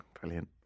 brilliant